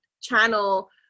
channel